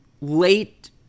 late